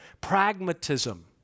pragmatism